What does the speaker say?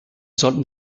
sollten